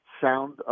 sound